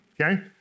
Okay